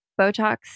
botox